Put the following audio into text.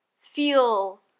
feel